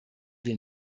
wir